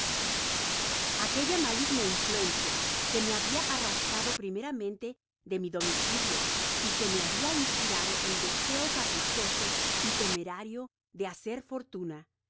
aquella maligna influencia que me habia arrastrado primeramente do mi domicilio y que me habia inspirado el deseo caprichoso y temerario de hacer fortuna